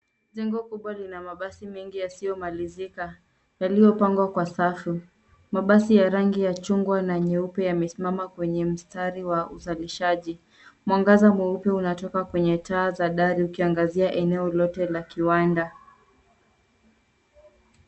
Jengo kubwa lina mabasi mengi yasiyomalizika, yaliyo pangwa kwa safu. Mabasi ya rangi ya chungwa na nyeupe yamesimama kwenye mstari wa uzalishaji. Mwangaza mweupe unatoka kwenye taa za dari ukiangazia eneo lote la kiwanda.